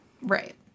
Right